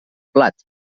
plat